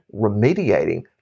remediating